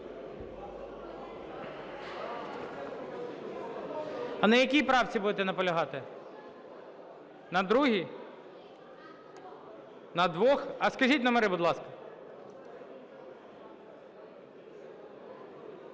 А на якій правці будете наполягати? На другій? На двох? А скажіть номери, будь ласка.